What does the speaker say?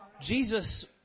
Jesus